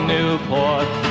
Newport